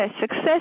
Success